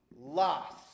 lost